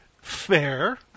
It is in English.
Fair